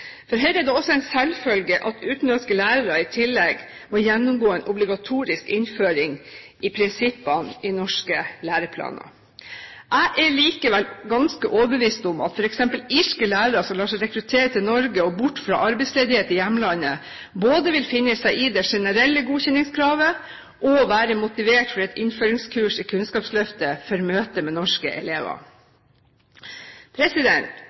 For Høyre er det også en selvfølge at utenlandske lærere i tillegg må gjennomgå en obligatorisk innføring med hensyn til prinsippene i norske læreplaner. Jeg er likevel ganske overbevist om at f.eks. irske lærere som lar seg rekruttere til Norge og bort fra arbeidsledighet i hjemlandet, både vil finne seg i det generelle godkjenningskravet og være motiverte for et innføringskurs i Kunnskapsløftet før møtet med norske elever.